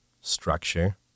structure